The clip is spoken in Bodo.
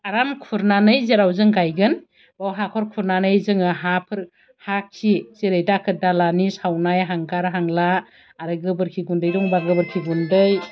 आराम खुरनानै जेराव जों गायगोन बाव हाखर खुरनानै जोङो हाफोर हा खि जेरै दाखोर दालानि सावनाय हांगार हांला आरो गोबोरखि गुन्दै दंबा गोबोरखि गुन्दै